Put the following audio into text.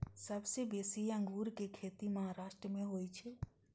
सबसं बेसी अंगूरक खेती महाराष्ट्र मे होइ छै